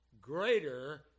greater